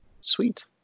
sweet